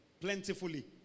plentifully